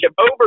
over